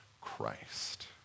Christ